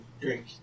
drink